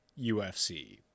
UFC